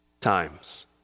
times